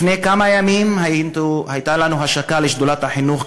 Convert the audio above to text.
לפני כמה ימים הייתה לנו השקה של שדולת החינוך,